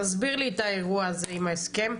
תסביר לי את האירוע הזה עם ההסכם.